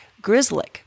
grizzly